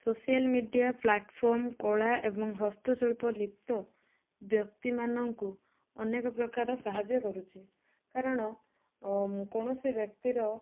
social media platform କଳା ଏବଂ ହସ୍ତଶିଳ୍ପ ଲିପ୍ତ ବ୍ୟକ୍ତି ମାନଙ୍କୁ ଅନେକ ପ୍ରକାର ସାହାଯ୍ୟ କରୁଛି କାରଣ କୌଣସି ବ୍ୟକ୍ତିର